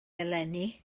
eleni